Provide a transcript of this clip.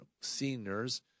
seniors